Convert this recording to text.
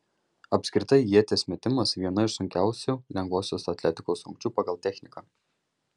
apskritai ieties metimas viena iš sunkiausių lengvosios atletikos rungčių pagal techniką